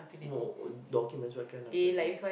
mo~ uh documents what kind of documents